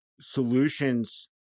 Solutions